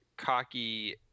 cocky